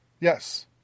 Yes